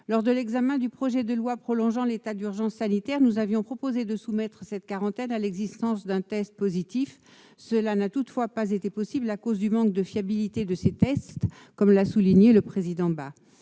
Lors de l'examen du projet de loi prorogeant l'état d'urgence sanitaire, nous avions proposé de soumettre cette quarantaine à l'existence d'un test positif. Cela n'a toutefois pas été possible à cause du manque de fiabilité de ces tests, comme l'avait souligné le président Bas.